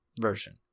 version